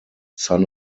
son